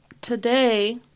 today